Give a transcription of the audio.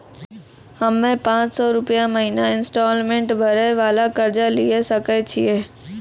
हम्मय पांच सौ रुपिया महीना इंस्टॉलमेंट भरे वाला कर्जा लिये सकय छियै?